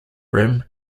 room